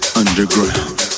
underground